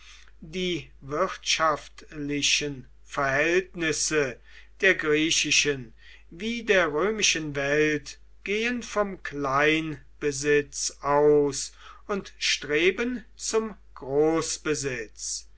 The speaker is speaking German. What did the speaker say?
die wirtschaftlichen verhältnisse der griechischen wie der römischen welt gehen vom kleinbesitz aus und streben zum